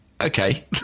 okay